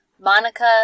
monica